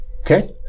okay